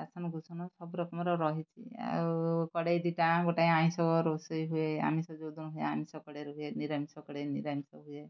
ରାସନ୍କୁସନ୍ ସବୁ ରକମର ରହିଛି ଆଉ କଢ଼େଇ ଦି'ଟା ଗୋଟେ ଆଇଁଷ ରୋଷେଇ ହୁଏ ଆମିଷ ଯୋଉଦିନ ହୁଏ ଆମିଷ କଢ଼େଇରେ ହୁଏ ନିରାମିଷ କଢ଼େଇରେ ନିରାମିଷ ହୁଏ